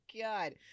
god